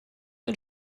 ein